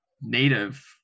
native